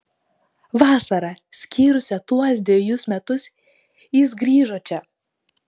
vasarą skyrusią tuos dvejus metus jis grįžo čia